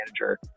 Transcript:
manager